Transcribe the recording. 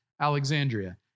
Alexandria